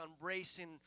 embracing